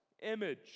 image